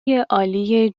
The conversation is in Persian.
عالی